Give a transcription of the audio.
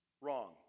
Wrong